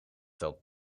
telt